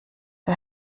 der